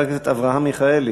חבר הכנסת אברהם מיכאלי,